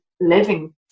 living